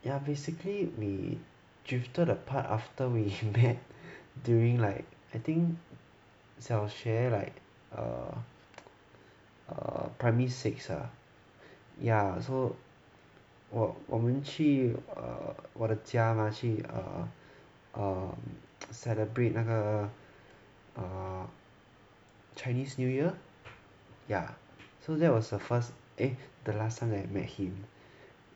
ya basically we drifted apart after we met during like I think 小学 like err err primary six ah ya so 我我们去 err 我的家去 err celebrate 那个 uh uh chinese new year ya so that was the first eh the last time that met him